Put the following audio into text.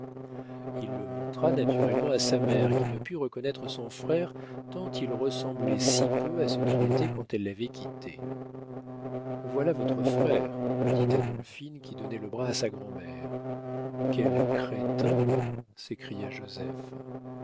il le montra naturellement à sa mère qui ne put reconnaître son frère tant il ressemblait si peu à ce qu'il était quand elle l'avait quitté voilà votre frère dit adolphine qui donnait le bras à sa grand'mère quel crétin s'écria joseph